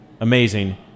Amazing